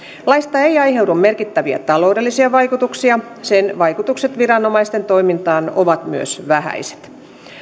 laista ei aiheudu merkittäviä taloudellisia vaikutuksia sen vaikutukset viranomaisten toimintaan ovat myös vähäiset